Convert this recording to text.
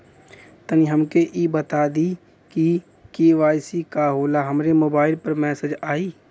तनि हमके इ बता दीं की के.वाइ.सी का होला हमरे मोबाइल पर मैसेज आई?